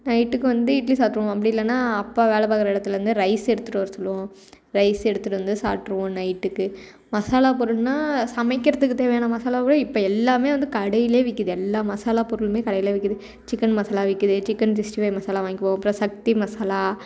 நைட்டுக்கு வந்து இட்லி சாப்பிட்ருவோம் அப்படி இல்லைனா அப்பா வேலை பார்க்குற இடத்துலேருந்து ரைஸ் எடுத்துட்டு வர சொல்லுவோம் ரைஸ் எடுத்துகிட்டு வந்து சாப்பிட்ருவோம் நைட்டுக்கு மசாலா பொருள்னால் சமைக்கிறதுக்கு தேவையான மசாலாவோட இப்போ எல்லாமே வந்து கடையிலே விற்கிது எல்லாம் மசாலா பொருளுமே கடையிலே விற்கிது சிக்கன் மசாலா விற்கிது சிக்கன் சிக்ஸ்டி ஃபைவ் மசாலா வாங்கிக்குவோம் அப்புறம் சக்தி மசாலா